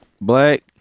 black